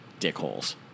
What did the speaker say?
dickholes